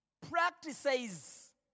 Practices